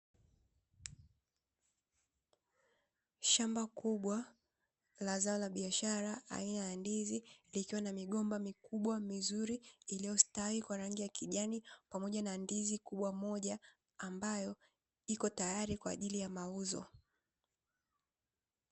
Shamba kubwa la zao la biashara aina ya ndizi, likiwa na migomba mikubwa mizuri iliyostawi kwa rangi ya kijani, pamoja na ndizi kubwa moja ambayo iko tayari kwa ajili ya mauzo.